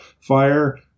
fire